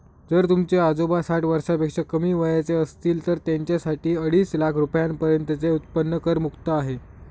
जर तुमचे आजोबा साठ वर्षापेक्षा कमी वयाचे असतील तर त्यांच्यासाठी अडीच लाख रुपयांपर्यंतचे उत्पन्न करमुक्त आहे